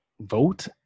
Vote